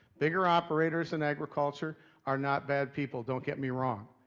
bigger operators in agriculture are not bad people, don't get me wrong.